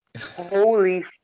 Holy